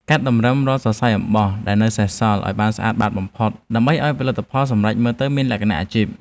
កាត់តម្រឹមរាល់សរសៃអំបោះដែលនៅសេសសល់ឱ្យបានស្អាតបាតបំផុត ដើម្បីឱ្យផលិតផលសម្រេចមើលទៅមានលក្ខណៈអាជីព។